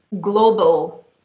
global